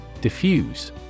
Diffuse